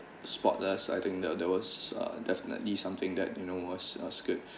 spotless I think there was there was uh definitely something that you know was was good